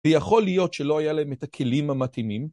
יכול להיות שלא היה להם את הכלים המתאימים.